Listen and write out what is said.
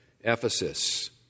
Ephesus